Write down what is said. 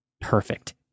Perfect